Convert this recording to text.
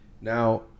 Now